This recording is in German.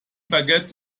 baguette